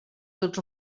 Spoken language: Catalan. tots